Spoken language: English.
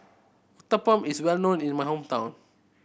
uthapam is well known in my hometown